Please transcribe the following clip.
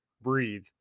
breathe